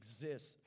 exists